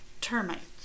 termites